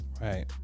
right